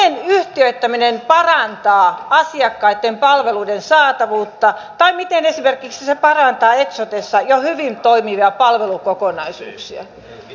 miten yhtiöittäminen parantaa asiakkaitten palveluiden saatavuutta tai miten se esimerkiksi parantaa eksotessa jo hyvin toimivia palvelukokonaisuuksia